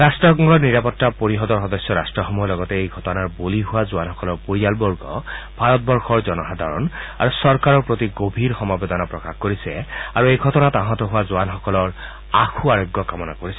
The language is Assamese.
ৰট্টসংঘৰ নিৰাপত্তা পৰিষদৰ সদস্য ৰাট্টসমূহে লগতে এই ঘটনাৰ বলী হোৱা জোৱানসকলৰ পৰিয়ালবৰ্গ ভাৰতৰ জনসাধাৰণ আৰু চৰকাৰৰ প্ৰতি গভীৰ সমবেদনা প্ৰকাশ কৰিছে আৰু এই ঘটনাত আহত হোৱা জোৱানসকলৰ আশু আৰোগ্য কামনা কৰিছে